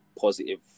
positive